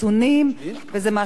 וזה משהו שלא נגמר.